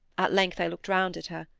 at length i looked round at her.